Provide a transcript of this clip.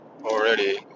already